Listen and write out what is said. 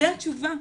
זו התשובה.